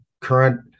current